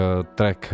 track